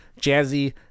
Jazzy